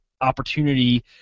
opportunity